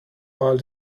while